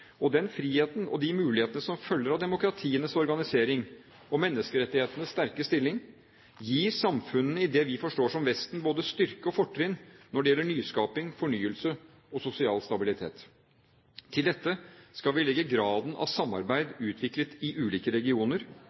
Og den friheten og de mulighetene som følger av demokratienes organisering og menneskerettighetenes sterke stilling, gir samfunnene i det vi forstår som Vesten, både styrke og fortrinn når det gjelder nyskaping, fornyelse og sosial stabilitet. Til dette skal vi legge graden av samarbeid utviklet i ulike regioner.